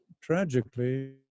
tragically